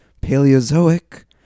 Paleozoic